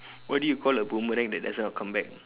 what do you call a boomerang that doesn't know how to come back